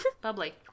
bubbly